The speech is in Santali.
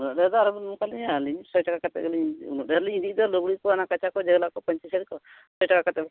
ᱩᱱᱟᱹᱜ ᱰᱷᱮᱨ ᱫᱚ ᱟᱞᱚᱵᱤᱱ ᱚᱱᱠᱟ ᱞᱤᱧᱟᱹ ᱟᱹᱞᱤᱧ ᱥᱚᱭ ᱴᱟᱠᱟ ᱠᱟᱛᱮᱫ ᱜᱮᱞᱤᱧ ᱩᱱᱟᱹᱜ ᱰᱷᱮᱨ ᱞᱤᱧ ᱤᱫᱤᱭᱮᱫᱼᱟ ᱞᱩᱜᱽᱲᱤᱡ ᱠᱚ ᱚᱱᱟ ᱠᱟᱪᱟ ᱠᱚ ᱡᱷᱟᱹᱞᱟᱜ ᱠᱚ ᱯᱟᱹᱧᱪᱤ ᱥᱟᱹᱲᱤ ᱠᱚ ᱥᱚᱭ ᱴᱟᱠᱟ ᱠᱟᱛᱮᱫ